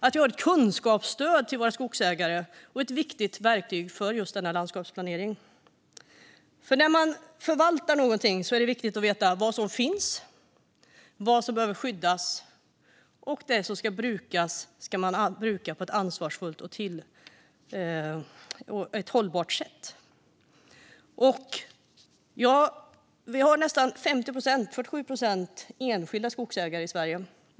Det blir ett kunskapsstöd för våra skogsägare och ett viktigt verktyg för just denna landskapsplanering. När man förvaltar någonting är det viktigt att veta vad som finns och vad som behöver skyddas. Det som ska brukas ska man bruka på ett ansvarsfullt och hållbart sätt. Vi har nästan 50 procent, närmare bestämt 47 procent, enskilda skogsägare i Sverige.